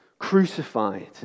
crucified